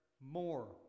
more